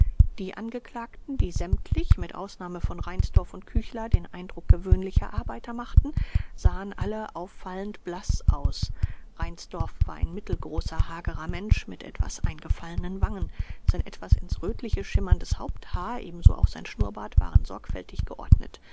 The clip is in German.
die angeklagten die sämtlich mit ausnahme von reinsdorf und küchler den eindruck gewöhnlicher arbeiter machten sahen alle auffallend blaß aus reinsdorf war ein mittelgroßer hagerer mensch mit etwas eingefallenen wangen sein etwas ins rötliche schimmerndes haupthaar ebenso auch sein schnurrbart waren sorgfältig geordnet